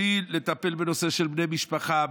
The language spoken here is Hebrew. בלי לטפל בנושא של בני משפחה,